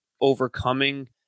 overcoming